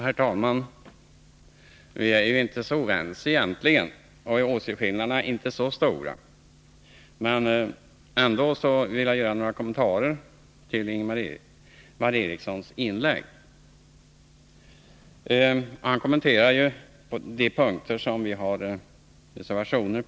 Herr talman! Vi är egentligen inte så oense, och åsiktsskillnaderna är inte så stora. Men ändå vill jag göra några kommentarer till Ingvar Erikssons inlägg. Han berörde de punkter där vi har reservationer.